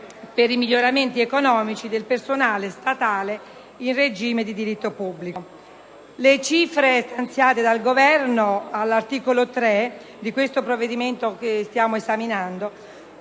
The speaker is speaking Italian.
per i miglioramenti economici del personale statale in regime di diritto pubblico. Le cifre stanziate dal Governo all'articolo 3 del disegno di legge finanziaria